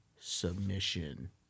submission